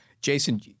Jason